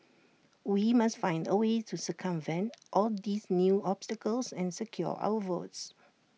we must find A way to circumvent all these new obstacles and secure our votes